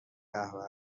قهوه